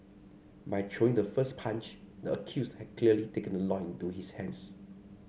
by throwing the first punch the accused had clearly taken the law into his hands